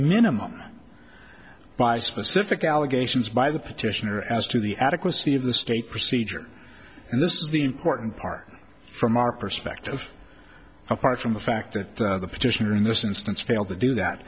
minimum by specific allegations by the petitioner as to the adequacy of the state procedure and this is the important part from our perspective apart from the fact that the petitioner in this instance failed to do that